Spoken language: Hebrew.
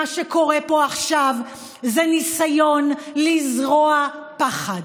מה שקורה פה עכשיו זה ניסיון לזרוע פחד,